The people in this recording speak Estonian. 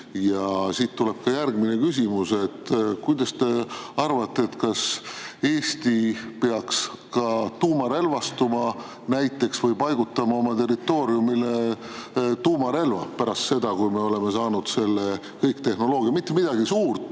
siit tuleb järgmine küsimus. Mis te arvate, kas Eesti peaks ka tuumarelvastuma või paigutama oma territooriumile tuumarelvad pärast seda, kui me oleme saanud kogu selle tehnoloogia? Mitte midagi suurt,